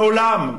מעולם,